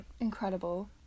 Incredible